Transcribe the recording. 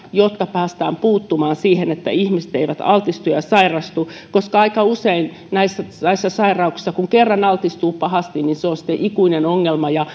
jotta päästään puuttumaan siihen että ihmiset eivät altistu ja sairastu aika usein näissä sairauksissa on se että kun kerran altistuu pahasti niin se on sitten ikuinen ongelma ja